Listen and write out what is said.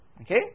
Okay